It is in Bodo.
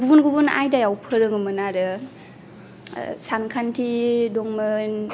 गुबुन गुबुन आयदायाव फोरोङोमोन आरो सानखान्थि दंमोन